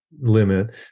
limit